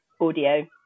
audio